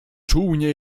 czółnie